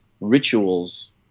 rituals